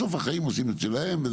בסוף החיים עושים את שלהם.